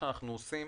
שאנו עושים